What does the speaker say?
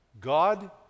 God